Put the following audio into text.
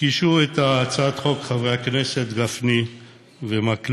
הגישו את הצעת החוק חברי הכנסת גפני ומקלב